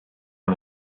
one